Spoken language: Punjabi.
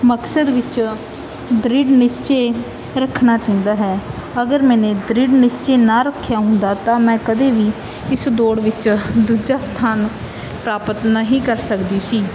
ਮਕਸਦ ਵਿੱਚ ਦ੍ਰਿੜ ਨਿਸ਼ਚੇ ਰੱਖਣਾ ਚਾਹੀਦਾ ਹੈ ਅਗਰ ਮੈਨੇ ਦ੍ਰਿੜ ਨਿਸ਼ਚੇ ਨਾ ਰੱਖਿਆ ਹੁੰਦਾ ਤਾਂ ਮੈਂ ਕਦੇ ਵੀ ਇਸ ਦੌੜ ਵਿੱਚ ਦੂਜਾ ਸਥਾਨ ਪ੍ਰਾਪਤ ਨਹੀਂ ਕਰ ਸਕਦੀ ਸੀ